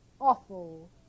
awful